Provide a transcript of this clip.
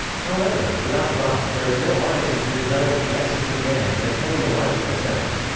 however, without god, there is no artisan who developed the essence of man in a teleological sense.